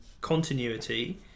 continuity